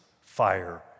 fire